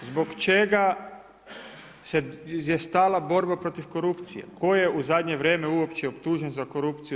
Zbog čega je stala borba protiv korupcije, tko je u zadnje vrijeme uopće optužen za korupciju?